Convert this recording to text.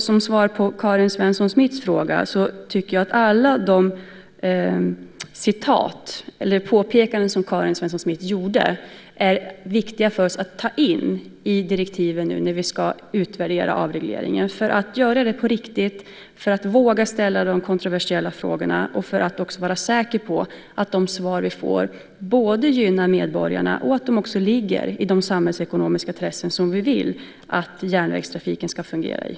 Som svar på Karin Svenssons Smiths fråga vill jag säga att alla de påpekanden som Karin Svensson Smith gjort är viktiga för oss att ta in i direktiven när vi nu ska utvärdera avregleringen, för att göra det på riktigt, för att våga ställa de kontroversiella frågorna och även för att vara säkra på att de svar som vi får både gynnar medborgarna och ligger i linje med de samhällsekonomiska intressen som vi vill att järnvägstrafiken ska främja.